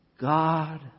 God